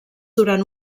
durant